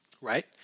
right